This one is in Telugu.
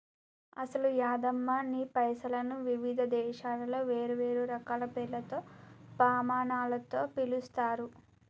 అసలు యాదమ్మ నీ పైసలను వివిధ దేశాలలో వేరువేరు రకాల పేర్లతో పమానాలతో పిలుస్తారు